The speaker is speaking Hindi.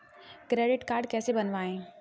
क्रेडिट कार्ड कैसे बनवाएँ?